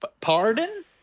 Pardon